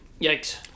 Yikes